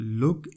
look